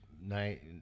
night –